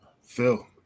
Phil